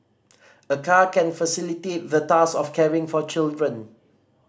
a car can facilitate the task of caring for children